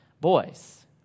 Boys